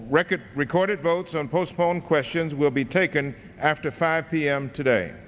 record recorded votes on postpone questions will be taken after five p m today